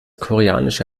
koreanische